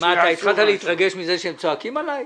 אתה התחלת להתרגש מזה שהם צועקים עלי?